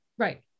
Right